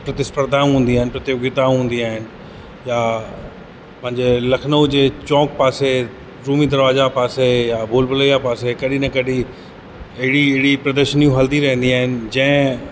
प्रतिस्पर्धाऊं हूंदियूं आहिनि प्रतियोगिताऊं हूंदी आहिनि या पंहिंजे लखनऊ जे चौक पासे रूमी दरवाजा पासे या भूलभुलैया पासे कॾहिं न कॾहिं हेड़ी हेड़ी प्रदर्शनियूं हलंदी रहंदियूं आहिनि जंहिं